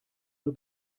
nur